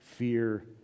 Fear